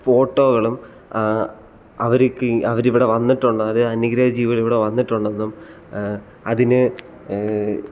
ഫോട്ടോകളും അവർക്ക് അവർ ഇവിടെ വന്നിട്ടുണ്ട് അത് അന്യഗ്രഹജീവികൾ ഇവിടെ വന്നിട്ടുണ്ടെന്നും അതിന്